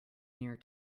near